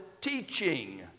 teaching